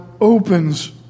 opens